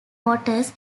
waters